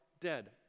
dead